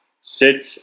sit